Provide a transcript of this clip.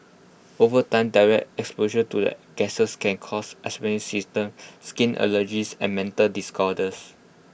over time direct exposure to the gases can cause asthmatic symptoms skin allergies and mental disorders